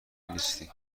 نیستی